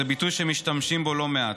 הוא ביטוי שמשתמשים בו לא מעט.